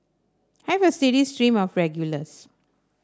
I have a steady stream of regulars